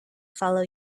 follow